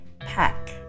Pack